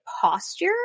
posture